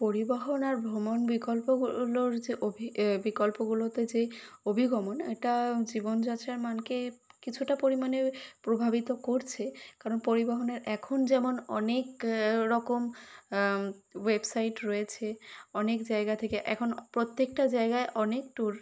পরিবহন আর ভ্রমণ বিকল্পগুলোর যে অভি এ বিকল্পগুলোতে যে অভিগমন এটা জীবনযাত্রার মানকে কিছুটা পরিমাণে প্রভাবিত করছে কারণ পরিবহনের এখন যেমন অনেক রকম ওয়েবসাইট রয়েছে অনেক জায়গা থেকে এখন প্রত্যেকটা জায়গায় অনেক ট্যুর